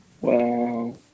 Wow